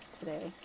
today